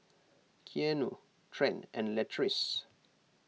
Keanu Trent and Latrice